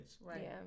Right